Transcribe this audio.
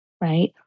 right